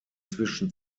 zwischen